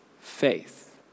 faith